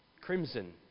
crimson